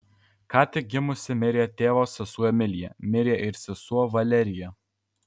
ką tik gimusi mirė tėvo sesuo emilija mirė ir sesuo valerija